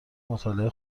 مطالعه